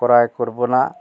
ক্রয় করবো না